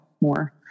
more